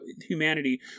humanity